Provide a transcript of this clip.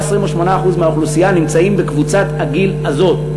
28%-27% מהאוכלוסייה נמצאים בקבוצת הגיל הזאת.